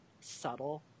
subtle